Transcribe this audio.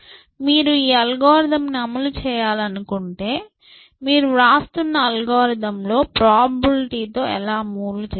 మీరు ఈ అల్గోరిథంను అమలు చేయాలనుకుంటే మీరు వ్రాస్తున్న అల్గోరిథంలో ప్రాబబిలిటీ తో ఎలా మూవ్ లు చేస్తారు